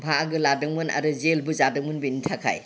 बाहागो लादोंमोन आरो जेइलबो जादोंमोन बेनि थाखाय